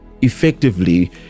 effectively